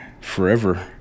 forever